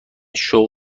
شغل